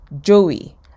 Joey